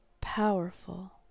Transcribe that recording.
powerful